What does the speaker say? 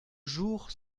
jour